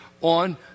on